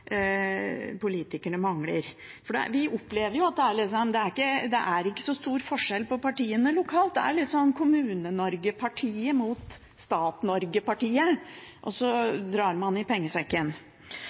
politikerne mangler. Vi opplever jo at det ikke er så stor forskjell på partiene lokalt, det er liksom «Kommune-Norge-partiet» mot «Stat-Norge-partiet», og så drar man i pengesekken.